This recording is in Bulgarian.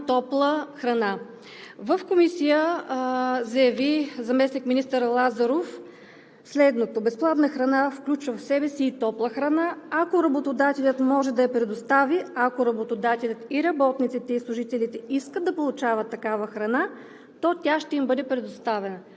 В Комисията заместник-министър Лазаров заяви следното – „безплатна храна“ включва в себе си и топла храна, ако работодателят може да я предостави. Ако работодателят и работниците и служителите искат да получават такава храна, то тя ще им бъде предоставена.